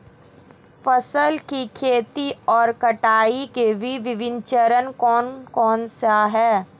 फसल की खेती और कटाई के विभिन्न चरण कौन कौनसे हैं?